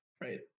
Right